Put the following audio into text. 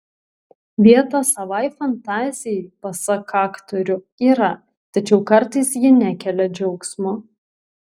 vietos savai fantazijai pasak aktorių yra tačiau kartais ji nekelia džiaugsmo